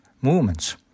movements